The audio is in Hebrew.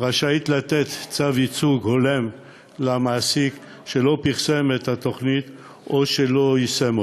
רשאית לתת צו ייצוג הולם למעסיק שלא פרסם את התוכנית או שלא יישם אותה.